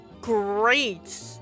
great